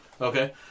Okay